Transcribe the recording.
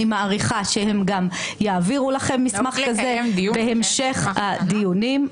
אני מעריכה שהם גם יעבירו לכם מסמך כזה בהמשך הדיונים.